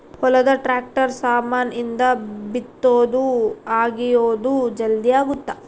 ಹೊಲದ ಟ್ರಾಕ್ಟರ್ ಸಾಮಾನ್ ಇಂದ ಬಿತ್ತೊದು ಅಗಿಯೋದು ಜಲ್ದೀ ಅಗುತ್ತ